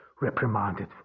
reprimanded